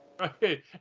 Okay